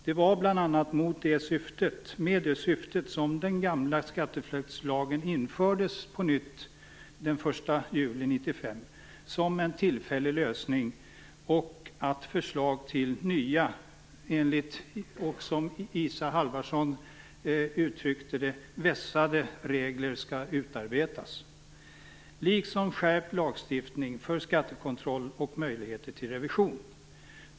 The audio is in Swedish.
Det var bl.a. med det syftet som den gamla skatteflyktslagen som en tillfällig lösning infördes på nytt den 1 juli 1995. Detsamma gäller de nya och, med Isa Halvarssons ord, vässade regler som skall utarbetas liksom en skärpt lagstiftning för skattekontroll och möjligheter till revision.